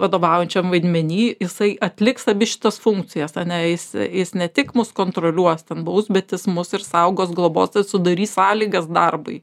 vadovaujančiam vaidmeny jisai atliks abi šitas funkcijas ane jis jis ne tik mus kontroliuos ten baus bet jis mus ir saugos globos ir sudarys sąlygas darbui